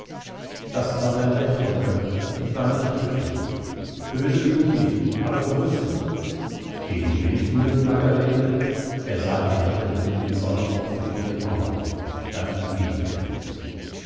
das war dein recht onkel ich war nicht höflich böse bin ich nicht aber gerüstet gegen windmühlen margarete er sah ihr lächelnd in die zornig aufblickenden augen dann ging er